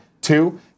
Two